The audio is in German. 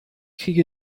kriege